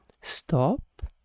Stop